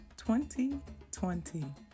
2020